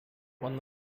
one